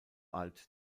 alt